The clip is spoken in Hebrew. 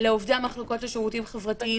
לעובדי המחלקות לשירותים חברתיים